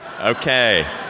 Okay